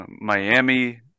Miami